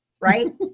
right